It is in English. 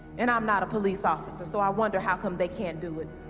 and i'm not a police officer, so i wonder how come they can't do it!